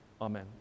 amen